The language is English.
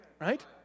Right